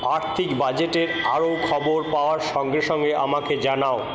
আর্থিক বাজেটের আরও খবর পাওয়ার সঙ্গে সঙ্গে আমাকে জানাও